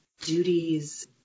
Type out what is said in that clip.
duties